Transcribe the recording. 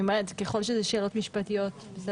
ככל שאלה שאלות משפטיות.